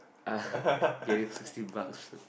get this sixty bucks